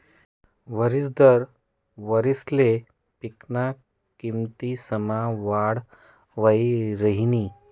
वरिस दर वारिसले पिकना किमतीसमा वाढ वही राहिनी